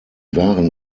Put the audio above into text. waren